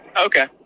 Okay